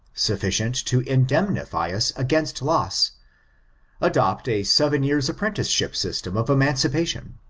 sufficient to indemnify us against loss adopt a seven years' apprenticeship system of emancipation,